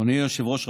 אדוני היושב-ראש,